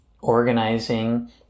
organizing